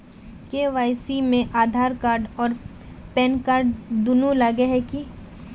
KYC में Aadhaar card आर pan card दुनू लगे है की?